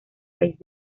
país